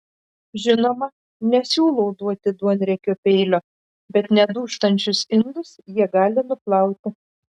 žinoma nesiūlau duoti duonriekio peilio bet nedūžtančius indus jie gali nuplauti